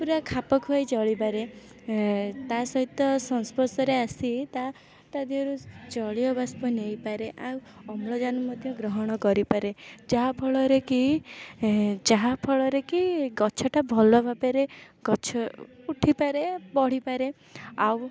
ପୁରା ଖାପଖୁଆଇ ଚଳିପାରେ ତା' ସହିତ ସଂସ୍ପର୍ଶରେ ଆସି ତା' ତା' ଦେହରୁ ଜଳୀୟବାଷ୍ପ ନେଇପାରେ ଆଉ ଅମ୍ଲଜାନ ମଧ୍ୟ ଗ୍ରହଣ କରିପାରେ ଯାହାଫଳରେକି ଯାହାଫଳରେକି ଗଛଟା ଭଲ ଭାବରେ ଗଛ ଉଠିପାରେ ବଢ଼ିପାରେ ଆଉ